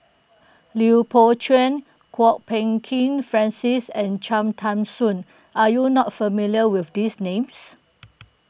Lui Pao Chuen Kwok Peng Kin Francis and Cham Tao Soon are you not familiar with these names